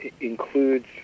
includes